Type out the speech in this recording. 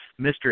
Mr